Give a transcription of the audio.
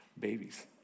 babies